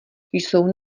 jsou